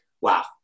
wow